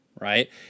right